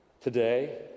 Today